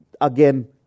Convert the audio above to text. again